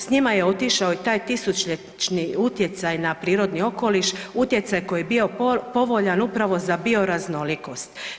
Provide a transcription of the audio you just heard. S njima je otišao i taj tisućljetni utjecaj na prirodni okoliš, utjecaj koji je bio povoljan upravo za bioraznolikost.